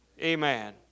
amen